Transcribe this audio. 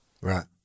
Right